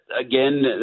again